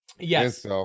Yes